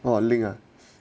well ah ling ah